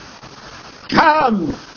Come